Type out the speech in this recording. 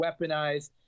weaponized